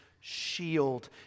shield